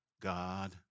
God